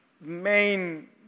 main